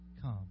come